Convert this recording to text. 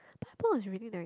pineapple is really nice